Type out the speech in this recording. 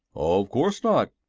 of course not,